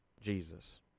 jesus